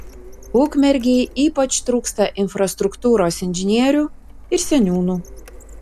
ukmergei ypač trūksta infrastruktūros inžinierių ir seniūnų